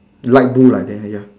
light blue like that ya